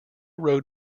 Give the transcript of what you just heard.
road